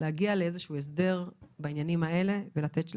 להגיע לאיזשהו הסדר בעניינים האלה ולתת להם,